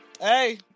Hey